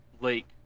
lake